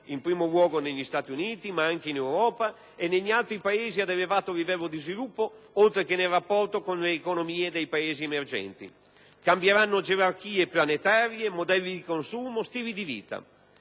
in primo luogo negli Stati Uniti, ma anche in Europa e negli altri Paesi ad alto livello di sviluppo, oltre che nel rapporto con le economie dei Paesi emergenti. Cambieranno gerarchie planetarie, modelli di consumo, stili di vita.